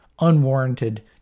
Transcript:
unwarranted